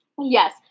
Yes